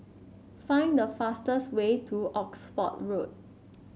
find the fastest way to Oxford Road